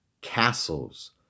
Castles